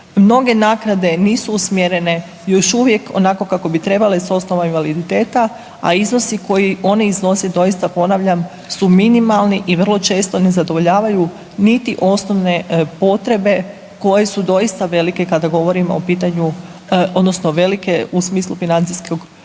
Mnoge naknade nisu usmjerene još uvijek onako kako bi trebale s osnova invaliditeta, a iznosi koji oni iznose, doista ponavljam su minimalni i vrlo često ne zadovoljavaju niti osnove potrebe koje su doista velike kada govorimo o pitanju, odnosno velike u smislu financijske